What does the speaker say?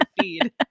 feed